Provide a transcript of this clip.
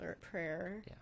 prayer